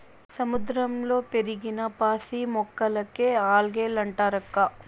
సముద్రంలో పెరిగిన పాసి మొక్కలకే ఆల్గే లంటారక్కా